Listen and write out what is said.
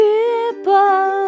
People